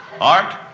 Art